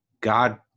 God